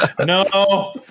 No